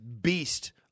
beast